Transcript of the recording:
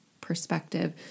perspective